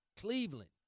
Cleveland